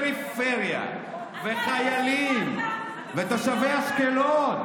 מהפריפריה והחיילים ותושבי אשקלון,